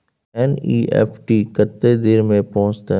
NEFT कत्ते देर में पहुंचतै?